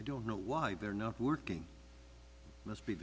i don't know why they're not working must be